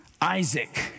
Isaac